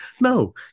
No